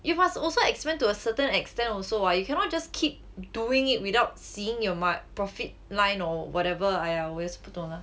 you must also expand to a certain extent also [what] you cannot just keep doing it without seeing your mar~ profit line or whatever !aiya! 我也是不懂 ah